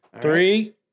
Three